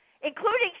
Including